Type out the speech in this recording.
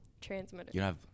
transmitter